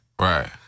Right